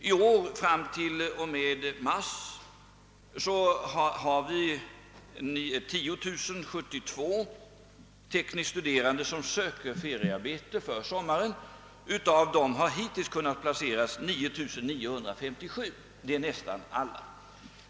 I år är det fram t.o.m. mars 10072 tekniskt studerande som söker feriearbete för sommaren. Av dem har hittills 9 957 kunnat placeras, alltså nästan alla.